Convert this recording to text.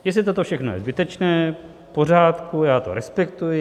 Jestli toto všechno je zbytečné, v pořádku, já to respektuji.